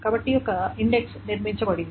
కాబట్టి ఒక ఇండెక్స్ నిర్మించబడింది